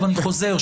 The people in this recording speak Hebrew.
ואני חוזר,